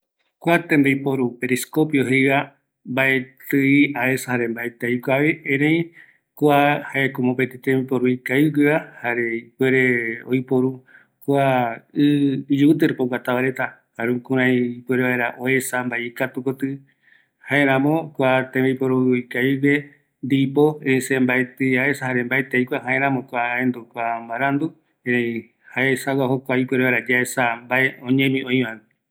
﻿Kua tembiporu teleskopio jeva mbaeti aikuavi, erei kuako jae mopeti tembiporu ikavigueva jare ipuere oiporu kua i iyivite rupi oguatava reta, jare jukurai ipuere vaera mbae oesa ikatu koti, jaeramo kua tembiporu ikavigue ndipo e se aesajare mbaeti aikua, jaeramo kua aendu kua mbarandu, jae esagua ipuere vaera yaesa mbae oñemi öiva